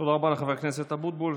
תודה רבה לחבר הכנסת אבוטבול.